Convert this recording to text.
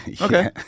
okay